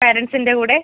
പേരൻറ്റ്സിന്റെ കൂടെ